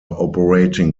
operating